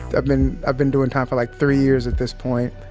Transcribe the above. i've been i've been doing time for like three years at this point,